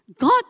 God